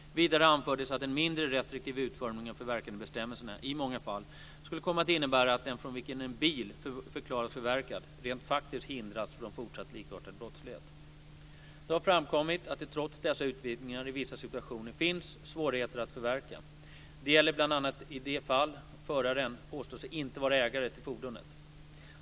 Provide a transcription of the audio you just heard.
Vidare anfördes att en mindre restriktiv utformning av förverkandebestämmelsen i många fall skulle komma att innebära att den från vilken en bil förklaras förverkad, rent faktiskt hindras från fortsatt likartad brottslighet. Det har framkommit att det trots dessa utvidgningar i vissa situationer finns svårigheter att förverka. Det gäller bl.a. i de fall föraren påstår sig inte vara ägare till fordonet.